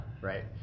right